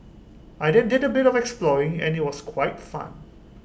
I then did A bit of exploring and IT was quite fun